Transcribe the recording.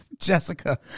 Jessica